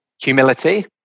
humility